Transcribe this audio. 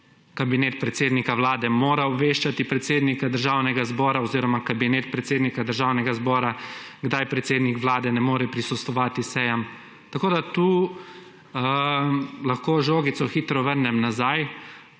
kabinet predsednika Vlade mora obveščati predsednika Državnega zbora oziroma kabinet predsednika Državnega zbora kdaj predsednik Vlade ne more prisostvovati sejam, tako da tukaj lahko žogico hitro vrnem nazaj,